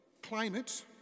climate